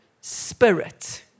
Spirit